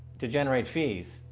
to generate fees,